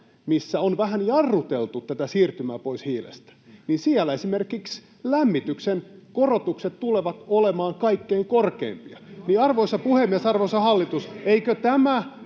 missä on vähän jarruteltu tätä siirtymää pois hiilestä, esimerkiksi lämmityksen korotukset tulevat olemaan kaikkein korkeimpia.